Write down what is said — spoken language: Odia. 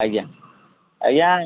ଆଜ୍ଞା ଆଜ୍ଞା